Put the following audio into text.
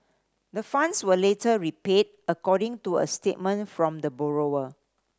the funds were later repaid according to a statement from the borrower